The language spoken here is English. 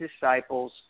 disciples